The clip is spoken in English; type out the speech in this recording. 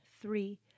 three